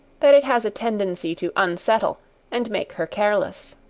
that it has a tendency to unsettle and make her careless.